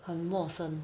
很陌生